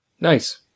Nice